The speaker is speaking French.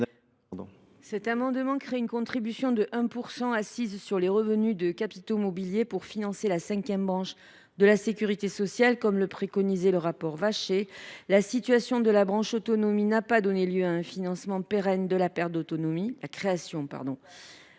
Cet amendement vise à créer une contribution de 1 % assise sur les revenus des capitaux mobiliers, pour financer la cinquième branche de la sécurité sociale, ainsi que le préconise le rapport Vachey. La création de la branche autonomie n’a pas donné lieu à un financement pérenne de la perte d’autonomie ; or le rapport